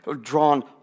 drawn